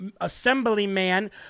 Assemblyman